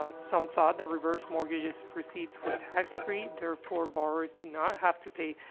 ah some thought that reverse mortgages proceeds were tax free, therefore, borrowers did not have to pay, ah,